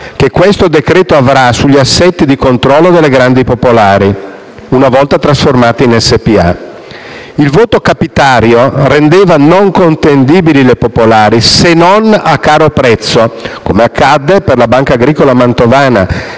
che questo decreto-legge avrà sugli assetti di controllo delle grandi popolari una volta trasformate in società per azioni. Il voto capitario rendeva non contendibili le popolari, se non a caro prezzo, come accadde per la Banca agricola mantovana